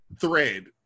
thread